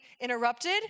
interrupted